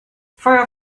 feuer